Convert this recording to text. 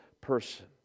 person